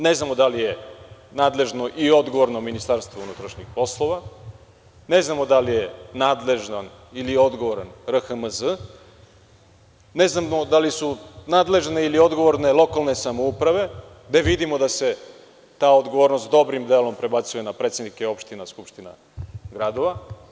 Ne znamo da li je nadležno i odgovorno MUP, ne znamo da li je nadležan ili odgovoran RHMZ, ne znamo da li su nadležne ili odgovorne lokalne samouprave gde vidimo da se ta odgovornost dobrim delom prebacuje na predsednike opština, skupština gradova.